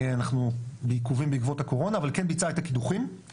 אנחנו בעיכובים בעקבות הקורונה אבל כן ביצעה את הקידוחים,